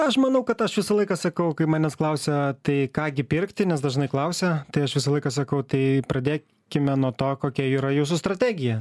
aš manau kad aš visą laiką sakau kai manęs klausia tai ką gi pirkti nes dažnai klausia tai aš visą laiką sakau tai pradėkime nuo to kokia yra jūsų strategija